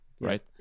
right